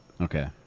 Okay